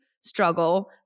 struggle